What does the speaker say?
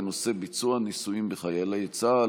בנושא: ביצוע ניסויים בחיילי צה"ל.